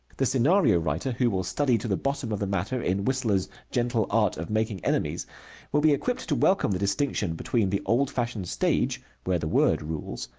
the scenario writer who will study to the bottom of the matter in whistler's gentle art of making enemies will be equipped to welcome the distinction between the old-fashioned stage, where the word rules,